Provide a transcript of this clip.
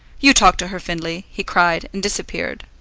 you talk to her, findlay! he cried, and disappeared.